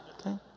Okay